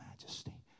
Majesty